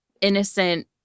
innocent